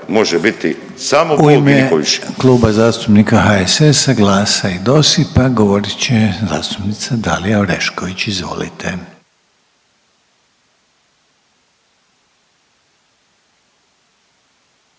može biti samo Bog i niko više.